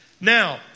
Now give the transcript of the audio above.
Now